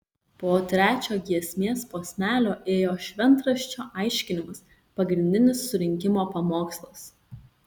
po trečio giesmės posmelio ėjo šventraščio aiškinimas pagrindinis surinkimo pamokslas